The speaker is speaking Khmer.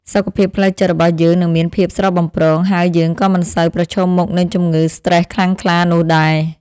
សុខភាពផ្លូវចិត្តរបស់យើងនឹងមានភាពស្រស់បំព្រង ហើយយើងក៏មិនសូវប្រឈមមុខនឹងជំងឺស្ត្រេសខ្លាំងក្លានោះដែរ។